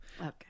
Okay